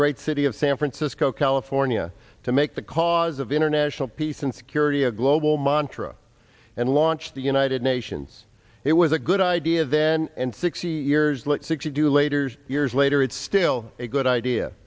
great city of san francisco california to make the cause of international peace and security a global montra and launched the united nations it was a good idea then and sixty years later sixty do later years later it's still a good idea